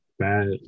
Bad